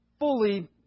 fully